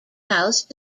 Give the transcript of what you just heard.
house